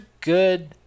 good